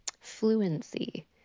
fluency